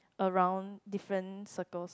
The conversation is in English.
around different circles